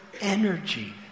energy